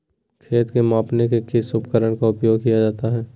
खेत को मापने में किस उपकरण का उपयोग किया जाता है?